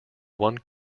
one